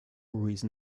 reason